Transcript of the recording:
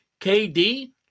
KD